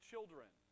children